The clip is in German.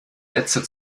netze